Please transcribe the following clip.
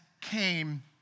came